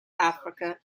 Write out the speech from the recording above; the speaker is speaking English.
africa